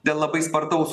dėl labai spartaus